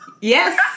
Yes